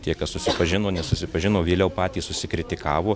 tie kas susipažino nesusipažino vėliau patys susikritikavo